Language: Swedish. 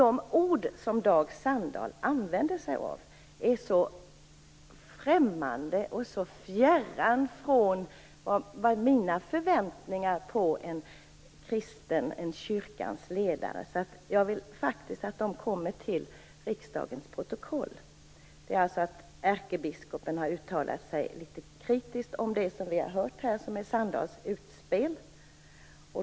De ord som Dag Sandahl använder sig av är så främmande och så fjärran från mina förväntningar på en kyrkans ledare. Jag vill därför att de antecknas till riksdagens protokoll. Ärkebiskopen har alltså uttalat sig litet kritiskt till Sandahls utspel.